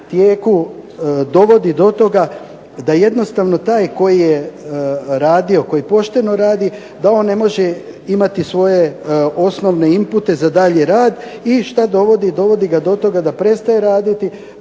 tijeku dovodi do toga da jednostavno taj koji je pošteno radio da on ne može imati svoje osnovne impute za daljnji rad. I što dovodi? Dovodi ga do toga da prestaje raditi,